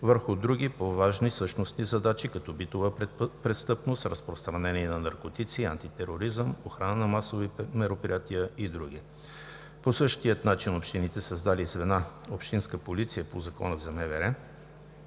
върху други по-важни същности задачи, като: битовата престъпност, разпространение на наркотици, антитероризъм, охрана на масови мероприятия и други. По същия начин общините, създали звена „Общинска полиция“ по Закона за МВР,